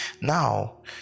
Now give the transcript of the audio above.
Now